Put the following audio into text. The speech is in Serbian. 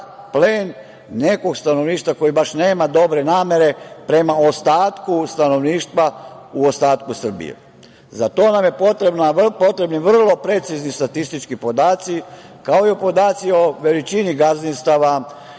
plen nekog stanovništva koje nema baš dobre namere prema ostatku stanovništva u ostatku Srbije.Za to su nam potrebni vrlo precizni statistički podaci, kao i podaci o veličini gazdinstava,